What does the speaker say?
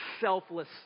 selfless